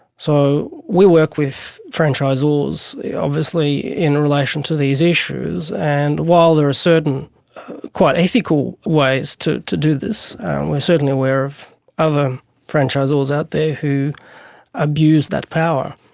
so we work with franchisors obviously in relation to these issues, and while there are certain quite ethical ways to to do this, we are certainly aware of other franchisors out there who abuse that power,